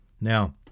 Now